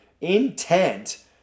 intent